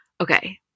Okay